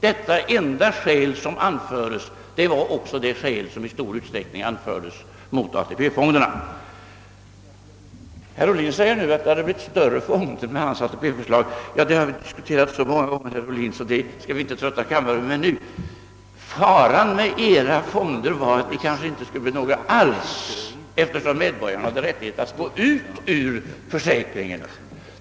Detta enda skäl som anfördes var alltså det skäl som i stor utsträckning anfördes mot ATP-fonderna. Herr Ohlin säger nu att det hade blivit större fonder med hans ATP-förslag. Ja, det har vi diskuterat så många gånger, herr Ohlin, att vi inte skall trötta kammaren med det nu. Faran med era fonder var kanske mest att det inte skulle bli några alls, eftersom medborgarna hade rättighet att gå ut ur försäkringen!